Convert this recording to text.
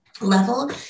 level